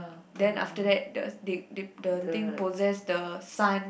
then after that the the the thing possess the son